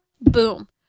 boom